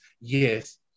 Yes